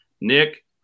Nick